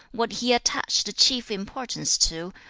what he attached chief importance to,